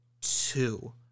two